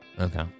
Okay